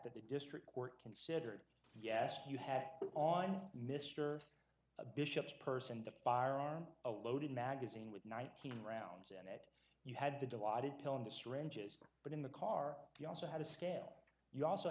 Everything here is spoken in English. that the district court considered yes you have on mr bishop person the firearm a loaded magazine with nineteen rounds in it you had the dilaudid pill in the syringes but in the car you also had a scale you also